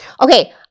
Okay